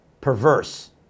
perverse